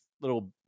little